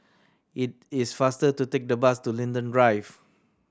it is faster to take the bus to Linden Drive